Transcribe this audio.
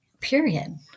Period